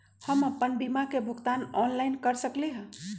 हम अपन बीमा के भुगतान ऑनलाइन कर सकली ह?